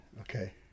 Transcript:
okay